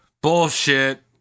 Bullshit